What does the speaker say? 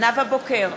נאוה בוקר,